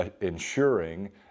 ensuring